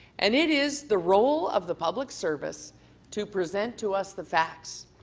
and it is the role of the public service to present to us the facts.